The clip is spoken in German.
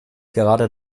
gerade